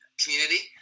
community